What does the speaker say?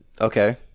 Okay